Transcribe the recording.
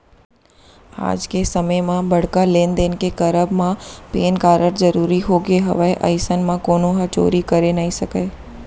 आज के समे म बड़का लेन देन के करब म पेन कारड जरुरी होगे हवय अइसन म कोनो ह चोरी करे नइ सकय